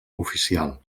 oficial